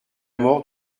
mort